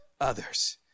others